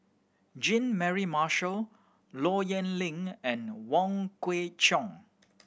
Jean Mary Marshall Low Yen Ling and Wong Kwei Cheong